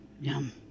Yum